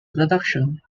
production